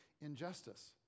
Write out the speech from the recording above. injustice